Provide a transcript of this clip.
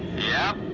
yeah,